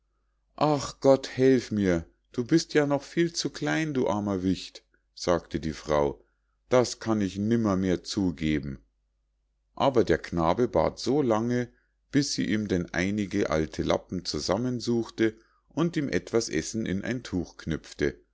ach gott helf mir du bist ja noch viel zu klein du armer wicht sagte die frau das kann ich nimmermehr zugeben aber der knabe bat so lange bis sie ihm denn einige alte lappen zusammensuchte und ihm etwas essen in ein tuch knüpfte